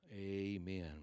Amen